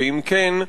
ואם כן,